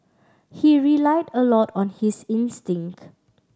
he relied a lot on his instincts